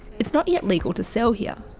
it's not yet legal to sell here.